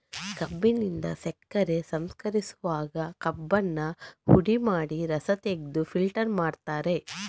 ಕಬ್ಬಿನಿಂದ ಸಕ್ಕರೆ ಸಂಸ್ಕರಿಸುವಾಗ ಕಬ್ಬನ್ನ ಹುಡಿ ಮಾಡಿ ರಸ ತೆಗೆದು ಫಿಲ್ಟರ್ ಮಾಡ್ತಾರೆ